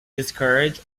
discourage